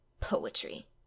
Poetry